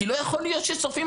כי לא יכול להיות ששורפים.